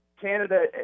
Canada